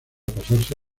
pasarse